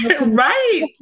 right